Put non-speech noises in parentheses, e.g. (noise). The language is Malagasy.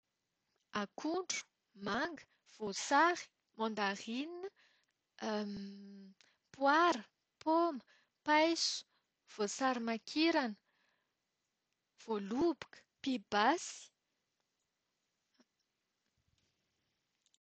Akondro, manga, voasary, mandarinina, (hesitation) poara, paoma, paiso, voasary makirana, voaloboka, pibasy.